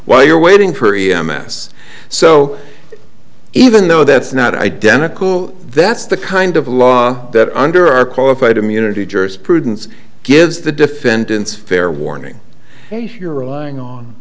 while you're waiting for e m s so even though that's not identical that's the kind of law that under our qualified immunity jurisprudence gives the defendants fair warning if you're relying on